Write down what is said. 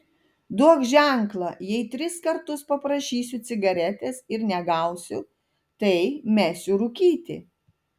duok ženklą jei tris kartus paprašysiu cigaretės ir negausiu tai mesiu rūkyti